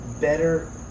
better